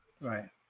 Right